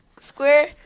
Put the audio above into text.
square